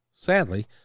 Sadly